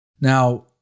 Now